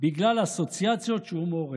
בגלל האסוציאציות שהוא מעורר.